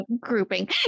grouping